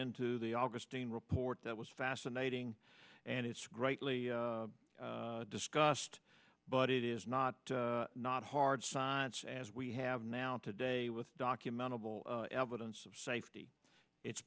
into the augustine report that was fascinating and it's greatly discussed but it is not not hard science as we have now today with documentable evidence of safety it's